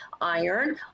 Iron